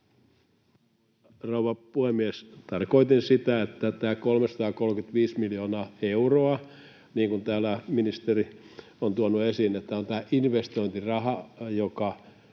rouva puhemies! Tarkoitin sitä, että tämä 335 miljoonaa euroa, niin kuin täällä ministeri on tuonut esiin, on tämä investointiraha, joka